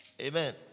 Amen